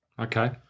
Okay